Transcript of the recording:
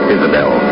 Isabel